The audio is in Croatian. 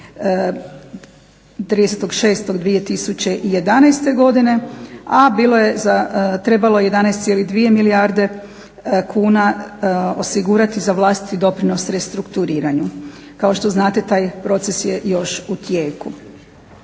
30.06.2011. godine a bilo je, trebalo je 11,2 milijarde kuna osigurati za vlastiti doprinos restrukturiranju. Kao što znate taj proces je još u tijeku.